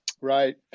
Right